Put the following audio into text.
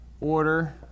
order